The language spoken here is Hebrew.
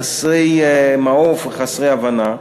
חסרי מעוף וחסרי הבנה.